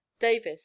Davis